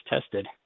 tested